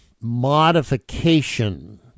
modification